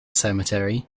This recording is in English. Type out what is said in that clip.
cemetery